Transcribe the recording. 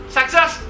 Success